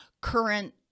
current